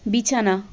বিছানা